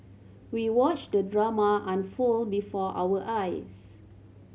we watched the drama unfold before our eyes